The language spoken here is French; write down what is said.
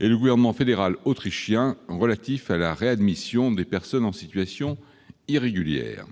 et le Gouvernement fédéral autrichien relatif à la réadmission des personnes en situation irrégulière